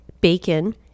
bacon